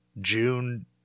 June